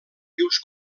rius